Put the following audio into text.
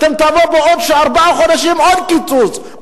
ובעוד ארבעה חודשים תביאו עוד קיצוץ,